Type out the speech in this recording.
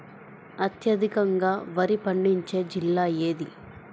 అత్యధికంగా వరి పండించే జిల్లా ఏది?